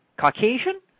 Caucasian